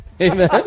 Amen